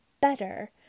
better